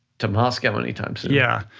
to moscow any time soon. yeah,